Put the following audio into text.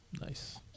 nice